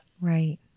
Right